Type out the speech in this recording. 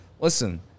listen